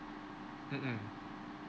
mm mm